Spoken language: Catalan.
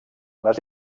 les